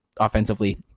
offensively